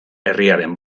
herriaren